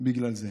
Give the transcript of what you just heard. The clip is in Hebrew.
בגלל זה.